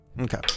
Okay